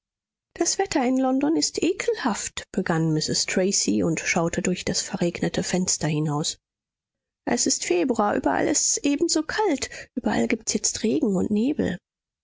das wetter in london ist ekelhaft begann mrs tracy und schaute durch das verregnete fenster hinaus es ist februar überall ist's ebenso kalt überall gibt's jetzt regen und nebel